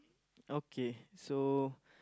okay so